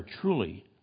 truly